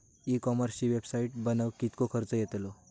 E कॉमर्सची website बनवक किततो खर्च येतलो?